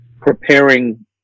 preparing